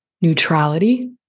neutrality